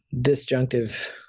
disjunctive